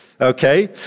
okay